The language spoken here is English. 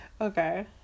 Okay